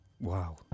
Wow